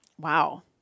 Wow